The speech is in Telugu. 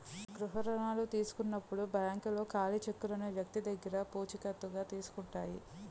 గృహ రుణాల తీసుకునేటప్పుడు బ్యాంకులు ఖాళీ చెక్కులను వ్యక్తి దగ్గర పూచికత్తుగా తీసుకుంటాయి